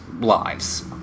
lives